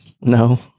No